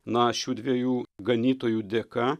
na šių dviejų ganytojų dėka